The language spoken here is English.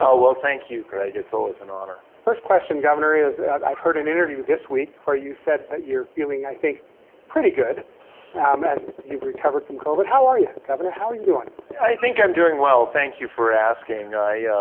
well thank you, craig, it's always an honor. first question, governor, is i've heard an interview this week where you said that you're feeling, i think pretty good um as you've recovered from covid. how are you, governor? how are you doing? i think, um doing well, thank you for asking. i